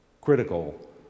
critical